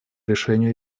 решению